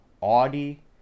Audi